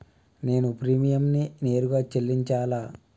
నేను ప్రీమియంని నేరుగా చెల్లించాలా?